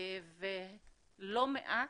לא מעט,